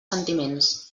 sentiments